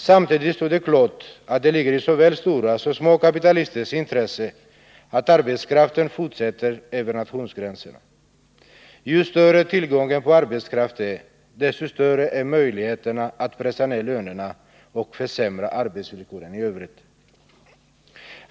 Samtidigt står det klart att det ligger i såväl stora som små kapitalisters intresse att arbetskraften fortsätter att gå över nationsgränserna. Ju större tillgången på arbetskraft är, desto större är möjligheterna att pressa ner lönerna och försämra arbetsvillkoren i övrigt.